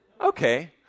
Okay